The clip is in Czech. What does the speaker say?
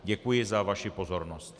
Děkuji za vaši pozornost.